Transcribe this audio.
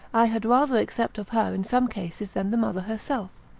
i had rather accept of her in some cases than the mother herself,